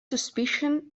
suspicion